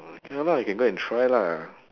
ya lah you can go and try lah